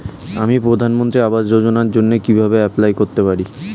আমি প্রধানমন্ত্রী আবাস যোজনার জন্য কিভাবে এপ্লাই করতে পারি?